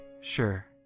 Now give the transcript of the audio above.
Sure